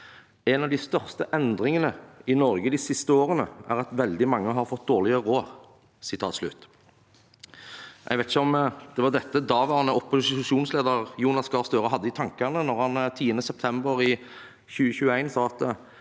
«En av de største endringene i Norge de siste årene er at veldig mange har fått dårligere råd.» Jeg vet ikke om det var dette daværende opposisjonsleder Jonas Gahr Støre hadde i tankene da han 10. september 2021 sa at